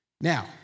Now